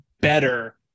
better